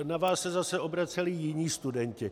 Na vás se zase obraceli jiní studenti.